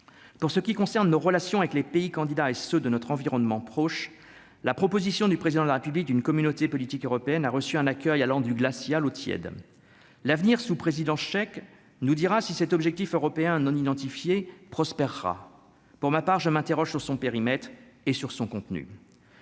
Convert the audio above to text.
pour ce qui concerne nos relations avec les pays candidats et ceux de notre environnement proche, la proposition du président de la République d'une communauté politique européenne a reçu un accueil allant du glacial au tiède, l'avenir sous présidence tchèque nous dira si cet objectif européen non identifié prospérera pour ma part, je m'interroge sur son périmètre et sur son contenu,